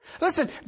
Listen